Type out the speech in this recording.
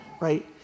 right